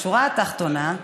בשורה התחתונה,